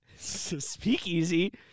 Speakeasy